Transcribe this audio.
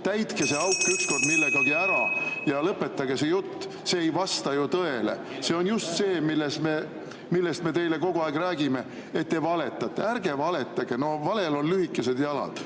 Täitke see auk ükskord millegagi ära ja lõpetage see jutt. See ei vasta ju tõele. See on just see, millest me teile kogu aeg räägime, et te valetate. Ärge valetage, valel on lühikesed jalad.